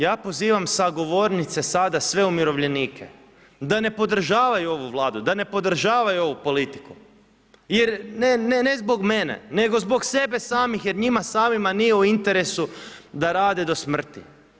Ja pozivam sa govornice sve umirovljenike da ne podržavaju ovu Vladu, da ne podržavaju ovu politiku jer ne zbog mene, nego zbog sebe samih jer njima samima nije u interesu da rade do smrti.